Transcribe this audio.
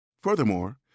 Furthermore